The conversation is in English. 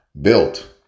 built